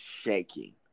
shaking